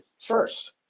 first